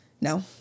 No